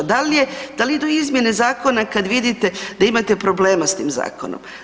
Da li idu izmjene zakona kad vidite da imate problema s tim zakonom?